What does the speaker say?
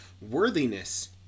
worthiness